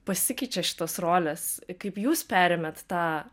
pasikeičia šitos rolės kaip jūs perėmėt tą